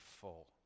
full